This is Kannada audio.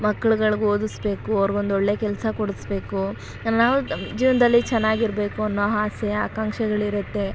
ಮಕ್ಕಳ್ಗಳ್ಗೆ ಓದಿಸಬೇಕು ಅವ್ರ್ಗೆ ಒಂದೊಳ್ಳೆ ಕೆಲಸ ಕೊಡಿಸ್ಬೇಕು ನಾವು ನಮ್ಮ ಜೀವನದಲ್ಲಿ ಚೆನ್ನಾಗಿರ್ಬೇಕು ಅನ್ನೋ ಆಸೆ ಆಕಾಂಕ್ಷೆಗಳಿರುತ್ತೆ